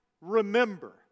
remember